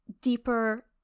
deeper